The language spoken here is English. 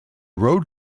road